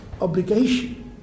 obligation